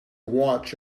watch